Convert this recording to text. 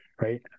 right